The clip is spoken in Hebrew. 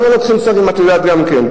אנחנו לא לוקחים שרים, את יודעת גם כן.